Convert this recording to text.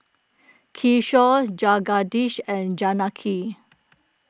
Kishore Jagadish and Janaki